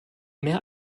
mehr